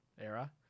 era